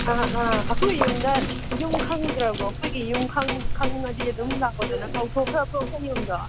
ꯑꯥ ꯑꯥ ꯑꯩꯈꯣꯏ ꯌꯨꯝꯗ ꯌꯨꯝ ꯈꯪꯗ꯭ꯔꯕꯣ ꯑꯩꯈꯣꯏꯒꯤ ꯌꯨꯝ ꯈꯪꯂꯗꯤ ꯑꯗꯨꯝ ꯂꯥꯛꯂꯣꯗꯅ ꯀꯥꯎꯊꯣꯛꯈ꯭ꯔꯕꯣ ꯑꯩꯈꯣꯏ ꯌꯨꯝꯗꯣ